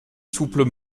souples